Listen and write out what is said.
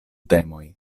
temoj